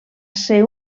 ser